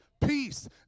Peace